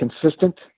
consistent